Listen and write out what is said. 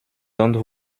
d’entre